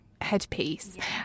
headpiece